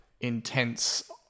intense